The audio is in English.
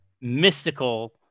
mystical